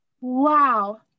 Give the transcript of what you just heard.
wow